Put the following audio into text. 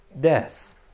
death